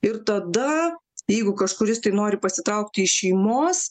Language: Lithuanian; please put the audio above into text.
ir tada jeigu kažkuris tai nori pasitraukti iš šeimos